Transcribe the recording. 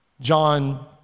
John